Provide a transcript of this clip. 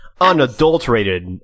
unadulterated